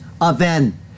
aven